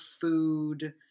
food